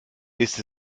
ist